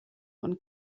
und